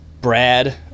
brad